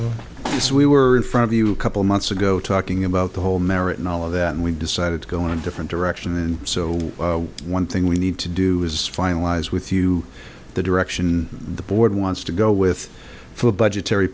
as we were in front of you a couple months ago talking about the whole merit and all of that and we decided to go in a different direction and so one thing we need to do is finalize with you the direction the board wants to go with for budgetary